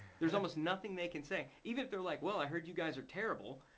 there's almost nothing they can say even if they're like well, i heard you guys are terrible.